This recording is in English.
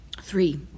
Three